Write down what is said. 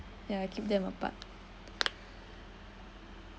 yeah I keep them apart